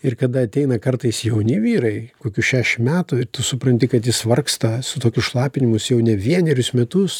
ir kada ateina kartais jauni vyrai kokių šešim metų ir tu supranti kad jis vargsta su tokiu šlapinimusi jau ne vienerius metus